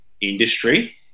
industry